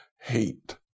hate